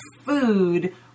food